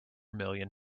million